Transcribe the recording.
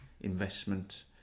investment